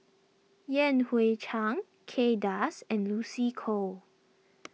Yan Hui Chang Kay Das and Lucy Koh